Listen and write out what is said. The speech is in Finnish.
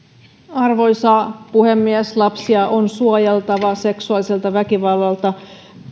arvoisa puhemies lapsia on suojeltava seksuaaliselta väkivallalta